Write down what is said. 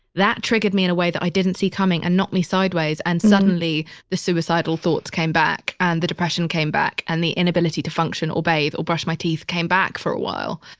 that triggered me in a way that i didn't see coming. and knock me sideways. and suddenly the suicidal thoughts came back and the depression came back. and the inability to function or bathe or brush my teeth came back for a while.